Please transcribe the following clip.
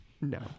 No